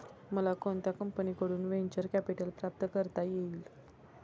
मला कोणत्या कंपनीकडून व्हेंचर कॅपिटल प्राप्त करता येईल?